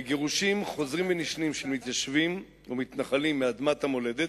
בגירושים חוזרים ונשנים של מתיישבים ומתנחלים מאדמת המולדת,